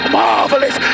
marvelous